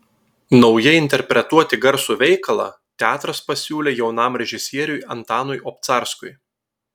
naujai interpretuoti garsų veikalą teatras pasiūlė jaunam režisieriui antanui obcarskui